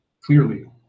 Clearly